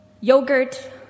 yogurt